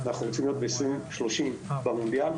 וב-2030 במונדיאל.